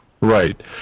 right